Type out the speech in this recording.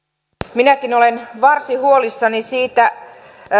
minäkin olen varsin huolissani siitä